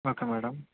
okay madam